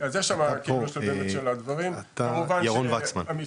כמה דוגמאות של הדברים שאנחנו נותנים להם,